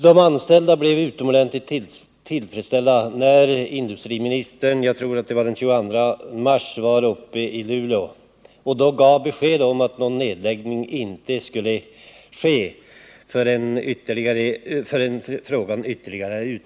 De anställda blev utomordentligt tillfredsställda när industriministern vid sitt besök i Luleå — jag tror att det var den 22 mars — gav besked om att någon nedläggning inte skulle ske förrän frågan hade utretts ytterligare.